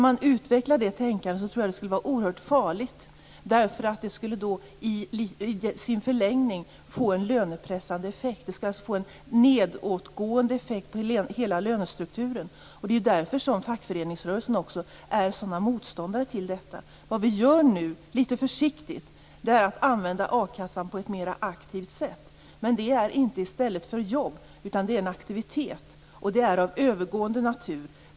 Jag tror att det skulle vara oerhört farligt att utveckla det tänkandet, eftersom det i sin förlängning skulle få en lönepressande effekt, så att hela lönestrukturen pressades nedåt. Det är också därför som fackföreningsrörelsen är sådana motståndare till detta. Vad vi nu litet försiktigt gör är att använda akassan på ett mer aktivt sätt, men det innebär inte att det blir en ersättning för jobb, utan det handlar om en aktivitet. Det är också något av övergående natur.